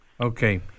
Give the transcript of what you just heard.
Okay